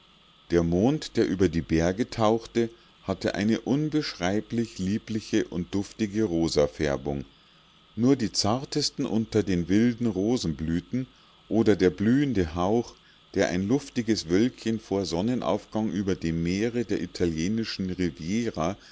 der mond der über die berge tauchte hatte eine unbeschreiblich liebliche und duftige rosafärbung nur die zartesten unter den wilden rosenblüten oder der blühende hauch der ein luftiges wölkchen vor sonnenaufgang über dem meere der italienischen riviera